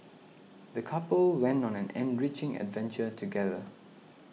the couple went on an enriching adventure together